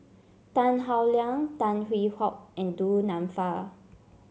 Tan Howe Liang Tan Hwee Hock and Du Nanfa